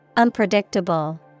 Unpredictable